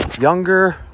younger